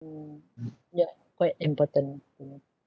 mm ya quite important ah to me